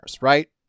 right